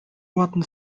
ładne